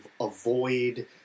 avoid